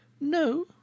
No